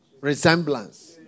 Resemblance